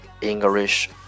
English